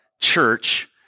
church